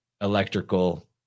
electrical